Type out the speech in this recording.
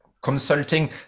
consulting